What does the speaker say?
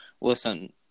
Listen